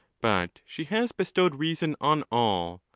but she has bestowed reason on all,